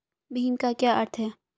भीम का क्या अर्थ है?